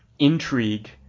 Intrigue